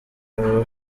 aba